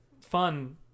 fun